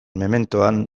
mementoan